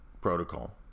protocol